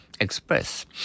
Express